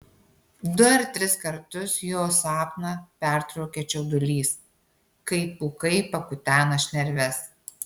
du ar tris kartus jo sapną pertraukia čiaudulys kai pūkai pakutena šnerves